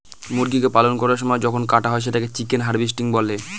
মুরগিকে পালন করার পর যখন কাটা হয় সেটাকে চিকেন হার্ভেস্টিং বলে